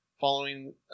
following